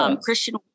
Christian